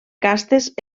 castes